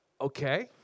Okay